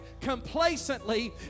complacently